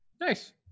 Nice